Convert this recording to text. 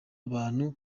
abantu